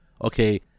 okay